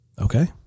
Okay